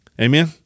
Amen